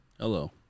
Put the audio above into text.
hello